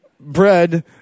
bread